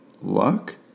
luck